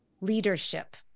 leadership